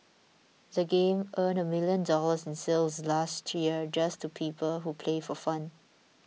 the game earned a million dollars in sales last year just to people who play for fun